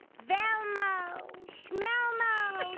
velmo, smelmo,